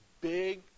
big